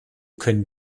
können